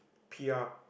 P_R